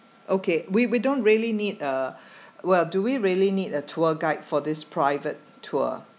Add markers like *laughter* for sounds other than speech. okay we we don't really need a *breath* well do we really need a tour guide for this private tour